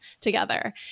together